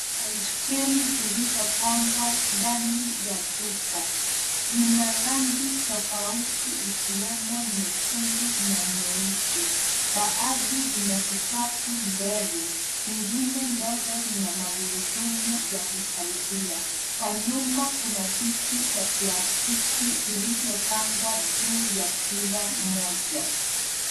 Baiskeli zilizopangwa ndani ya duka, zina rangi tofauti ikiwemo nyekundu na nyeusi. Baadhi zina vikapu mbele, zingine ndogo zina magurudumu ya kusaidia. Kwa nyuma kuna viti vya plastiki zilizopangwa juu ya kila moja.